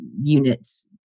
units